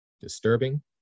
disturbing